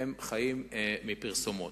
הם חיים מפרסומות.